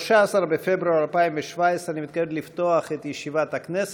13 בפברואר 2017. אני מתכבד לפתוח את ישיבת מליאת הכנסת.